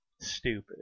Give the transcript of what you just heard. stupid